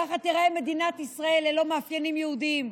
ככה תיראה מדינת ישראל ללא מאפיינים יהודיים.